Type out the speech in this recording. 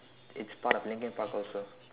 it's part of Linkin-Park also